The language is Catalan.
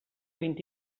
vint